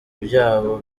byabo